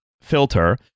filter